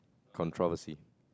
controversy